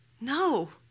no